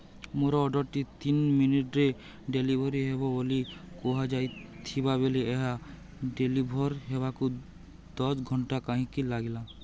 ମୋର ଅର୍ଡ଼ର୍ଟି ତିନି ମିନିଟ୍ରେ ଡେଲିଭର୍ ହେବ ବୋଲି କୁହାଯାଇଥିବା ବେଳେ ଏହା ଡେଲିଭର୍ ହେବାକୁ ଦଶ ଘଣ୍ଟା କାହିଁକି ଲାଗିଲା